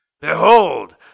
Behold